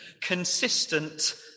consistent